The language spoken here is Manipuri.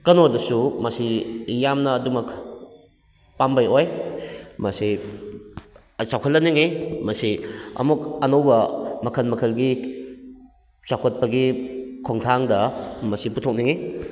ꯀꯩꯅꯣꯗꯁꯨ ꯃꯁꯤ ꯌꯥꯝꯅ ꯑꯗꯨꯃꯛ ꯄꯥꯝꯕꯩ ꯑꯣꯏ ꯃꯁꯤ ꯆꯥꯎꯈꯠꯍꯟꯅꯤꯡꯉꯤ ꯃꯁꯤ ꯑꯃꯨꯛ ꯑꯅꯧꯕ ꯃꯈꯜ ꯃꯈꯜꯒꯤ ꯆꯥꯎꯈꯠꯄꯒꯤ ꯈꯣꯡꯊꯥꯡꯗ ꯃꯁꯤ ꯄꯨꯊꯣꯛꯅꯤꯡꯏ